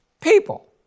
People